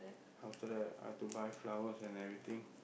after that I have to buy flowers and everything